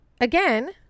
again